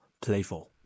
playful